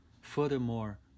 Furthermore